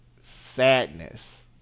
sadness